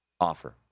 offer